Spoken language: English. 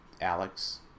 Alex